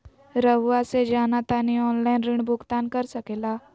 रहुआ से जाना तानी ऑनलाइन ऋण भुगतान कर सके ला?